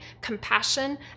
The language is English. compassion